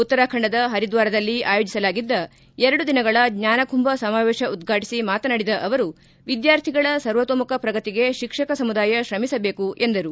ಉತ್ತರಾಖಂಡದ ಹರಿದ್ವಾರದಲ್ಲಿ ಆಯೋಜಿಸಲಾಗಿದ್ದ ಎರಡು ದಿನಗಳ ಜ್ಞಾನಕುಂಭ ಸಮಾವೇಶ ಉದ್ಘಾಟಿಸಿ ಮಾತನಾಡಿದ ಅವರು ವಿದ್ಯಾರ್ಥಿಗಳ ಸರ್ವತೋಮುಖ ಪ್ರಗತಿಗೆ ಶಿಕ್ಷಕ ಸಮುದಾಯ ಶ್ರಮಿಸಬೇಕು ಎಂದರು